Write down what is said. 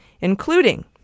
including